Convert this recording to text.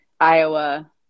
Iowa